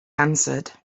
answered